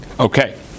Okay